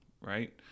right